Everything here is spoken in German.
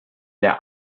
der